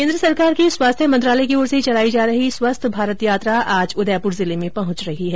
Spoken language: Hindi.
केन्द्र सरकार के स्वास्थ्य मंत्रालय की ओर से चलाई जा रही स्वस्थ भारत यात्रा आज उदयपुर जिले में पहुंच रही है